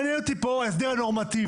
מעניין אותי פה ההסדר הנורמטיבי.